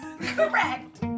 Correct